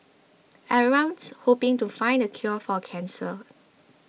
everyone's hoping to find the cure for cancer